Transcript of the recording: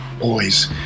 boys